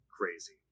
crazy